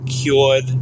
cured